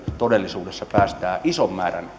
todellisuudessa säästää ison määrän